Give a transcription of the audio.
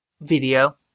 Video